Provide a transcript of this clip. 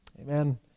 Amen